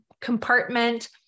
compartment